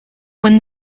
when